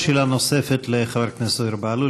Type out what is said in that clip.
שאלה נוספת לחבר הכנסת זוהיר בהלול.